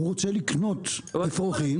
הוא רוצה לקנות אפרוחים,